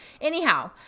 Anyhow